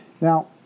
Now